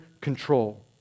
control